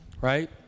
right